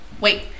Wait